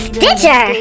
Stitcher